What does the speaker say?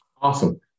Awesome